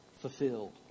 fulfilled